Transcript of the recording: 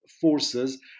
forces